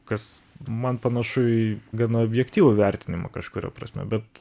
kas man panašu į gana objektyvų vertinimą kažkuria prasme bet